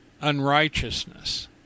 unrighteousness